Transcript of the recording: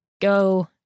go